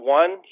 one